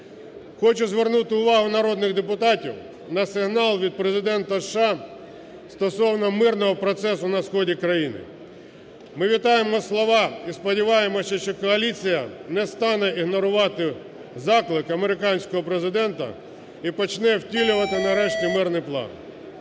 Хочу звернути увагу народних депутатів на сигнал від Президента США стосовно мирного процесу на сході країни. Ми вітаємо на словах і сподіваємось, що коаліція не стане ігнорувати заклик американського Президента і почне втілювати, нарешті, мирний план.